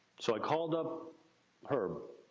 so, i called up herb,